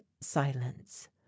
silence